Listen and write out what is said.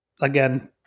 again